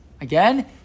Again